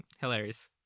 hilarious